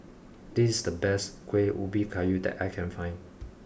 this is the best Kueh Ubi Kayu that I can find